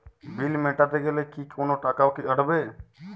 বিল মেটাতে গেলে কি কোনো টাকা কাটাবে?